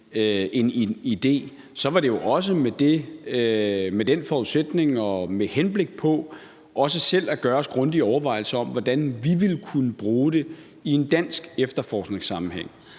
en idé, så var det jo med en forudsætning om og med henblik på også selv at gøre os grundige overvejelser om, hvordan vi ville kunne bruge det i en dansk efterforskningssammenhæng.